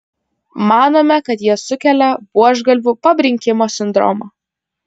manome kad jie sukelia buožgalvių pabrinkimo sindromą